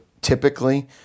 typically